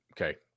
okay